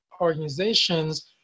organizations